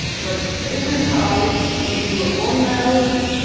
but this is how we do a bone marrow.